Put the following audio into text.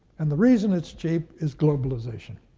and the reason it's cheap is globalization.